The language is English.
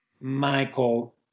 Michael